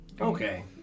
okay